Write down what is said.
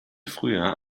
früher